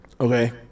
Okay